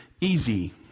easy